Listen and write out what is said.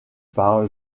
par